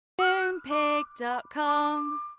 Moonpig.com